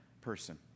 person